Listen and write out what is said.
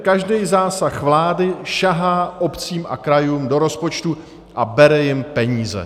Každý zásah vlády sahá obcím a krajům do rozpočtů a bere jim peníze.